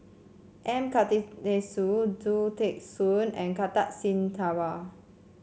M Karthigesu Khoo Teng Soon and Kartar Singh Thakral